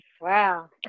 Wow